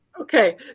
Okay